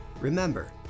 Remember